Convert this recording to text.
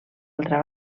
altra